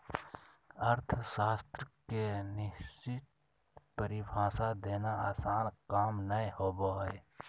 अर्थशास्त्र के निश्चित परिभाषा देना आसन काम नय होबो हइ